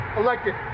elected